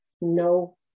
No